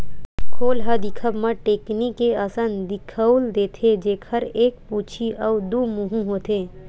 खोल ह दिखब म टेकनी के असन दिखउल देथे, जेखर एक पूछी अउ दू मुहूँ होथे